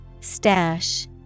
Stash